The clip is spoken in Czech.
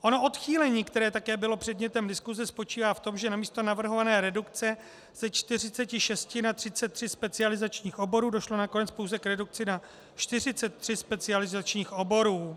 Ono odchýlení, které také bylo předmětem diskuse, spočívá v tom, že namísto navrhované redukce ze 46 na 33 specializačních oborů došlo nakonec pouze k redukci na 43 specializačních oborů.